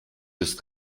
ist